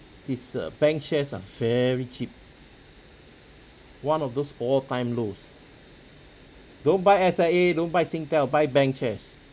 this uh bank shares ah very cheap one of those all time lows don't buy S_I_A don't buy singtel buy bank shares